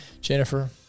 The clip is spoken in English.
Jennifer